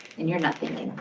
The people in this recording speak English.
and you're not thinking.